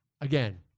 again